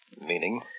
Meaning